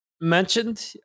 Mentioned